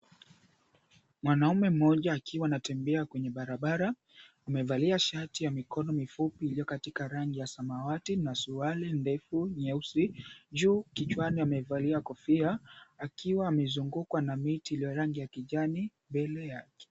Mwanaume mmoja akiwa anatembea kwenye barabara amevalia shati ya mikono mifupi iliyokatika rangi ya samawati na suruali ndefu nyeusi, juu kichwani amevalia kofia akiwa amezungukwa na miti iliyo rangi ya kijani mbele yake.